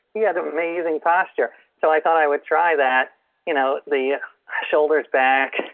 he had amazing posture so i thought i would try that you know the shoulders back,